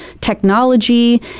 technology